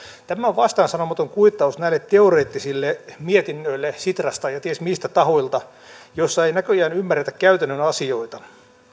tämä on vastaansanomaton kuittaus näille teoreettisille mietinnöille sitrasta ja ties miltä tahoilta joissa ei näköjään ymmärretä käytännön asioita